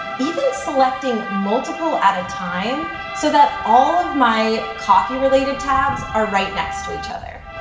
even selecting multiple at a time, so that all of my coffee related tabs are right next to each other.